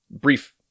Brief